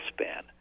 span